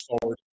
forward